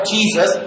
Jesus